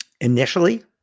initially